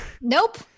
Nope